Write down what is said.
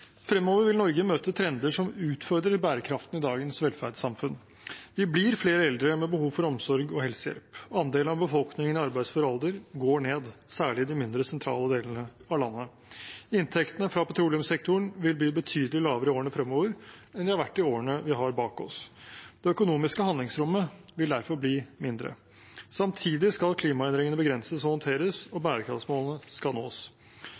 Fremover vil Norge møte trender som utfordrer bærekraften i dagens velferdssamfunn. Vi blir flere eldre med behov for omsorg og helsehjelp. Andelen av befolkningen i arbeidsfør alder går ned, særlig i de mindre sentrale delene av landet. Inntektene fra petroleumssektoren vil bli betydelig lavere i årene fremover enn de har vært i årene vi har bak oss. Det økonomiske handlingsrommet vil derfor bli mindre. Samtidig skal klimaendringene begrenses og håndteres, og bærekraftsmålene skal nås.